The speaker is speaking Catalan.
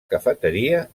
cafeteria